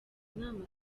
inama